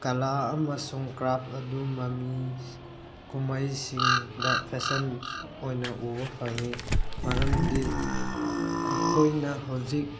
ꯀꯂꯥ ꯑꯃꯁꯨꯡ ꯀ꯭ꯔꯥꯞ ꯑꯗꯨ ꯃꯃꯤ ꯀꯨꯝꯍꯩꯁꯤꯡꯗ ꯐꯦꯁꯟ ꯑꯣꯏꯅ ꯎꯕ ꯐꯪꯉꯤ ꯃꯔꯝꯗꯤ ꯑꯩꯈꯣꯏꯅ ꯍꯧꯖꯤꯛ